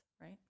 right